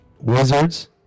Wizards